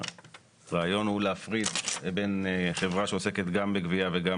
הרעיון הוא להפריד בין חברה שעוסקת גם בגבייה וגם